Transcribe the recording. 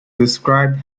described